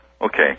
Okay